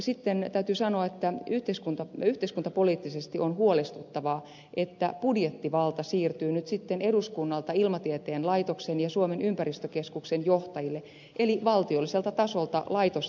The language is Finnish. sitten täytyy sanoa että yhteiskuntapoliittisesti on huolestuttavaa että budjettivalta siirtyy nyt sitten eduskunnalta ilmatieteen laitoksen ja suomen ympäristökeskuksen johtajille eli valtiolliselta tasolta laitostasolle